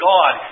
God